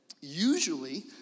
Usually